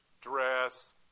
dress